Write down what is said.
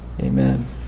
amen